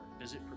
visit